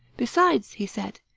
besides, he said,